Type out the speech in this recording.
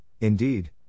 indeed